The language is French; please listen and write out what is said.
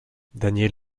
daniel